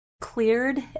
cleared